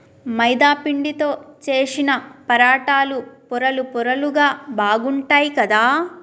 మైదా పిండితో చేశిన పరాటాలు పొరలు పొరలుగా బాగుంటాయ్ కదా